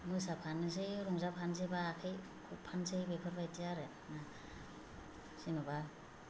मोसाफानोसै रंजाफानोसै बा आखाय खबफानोसै बेफोरबायदि आरोना जेनेबा